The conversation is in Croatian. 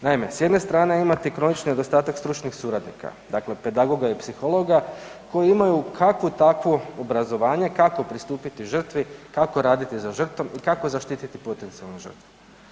Naime, s jedne strane imate kronični nedostatak stručnih suradnika, dakle pedagoga i psihologa koji imaju kakvo takvo obrazovanje kako pristupiti žrtvi, kako raditi sa žrtvom i kako zaštititi potencijalnu žrtvu.